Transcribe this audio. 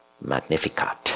Magnificat